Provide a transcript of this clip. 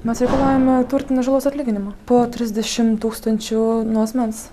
mes reikalaujame turtinės žalos atlyginimo po trisdešim tūkstančių nuo asmens